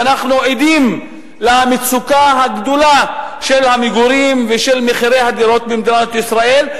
ואנחנו עדים למצוקה הגדולה של המגורים ושל מחירי הדירות במדינת ישראל.